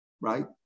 Right